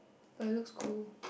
but it looks cool